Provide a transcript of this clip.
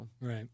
Right